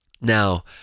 Now